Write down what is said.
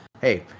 Hey